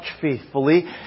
faithfully